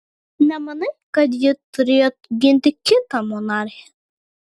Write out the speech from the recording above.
nemanai kad ji turėjo ginti kitą monarchę